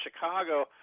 Chicago